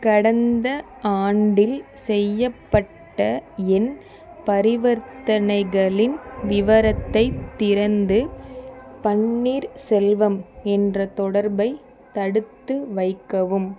கடந்த ஆண்டில் செய்யப்பட்ட என் பரிவர்த்தனைகளின் விவரத்தைத் திறந்து பன்னீர்செல்வம் என்ற தொடர்பை தடுத்து வைக்கவும்